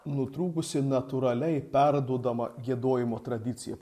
nutrūkusi natūraliai perduodama giedojimo tradicija